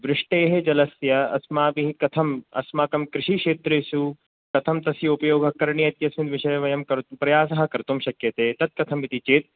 वृष्टेः जलस्य अस्माभिः कथं अस्माकं कृषिक्षेत्रेषु कथं तस्य उपयोगः करणीयः इत्यस्मिन् विषये प्रयासः करणीयः कर्तुं शक्यते तत्कथमिति चेत्